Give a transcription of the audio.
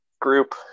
group